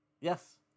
Yes